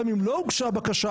גם אם לא הוגשה בקשה,